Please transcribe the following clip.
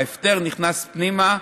ההפטר נכנס פנימה.